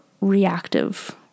reactive